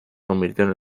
convirtió